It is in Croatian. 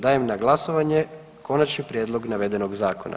Dajem na glasovanje konačni prijedlog navedenog zakona.